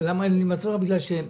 קיבלו הפוגות,